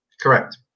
Correct